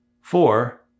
Four